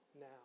now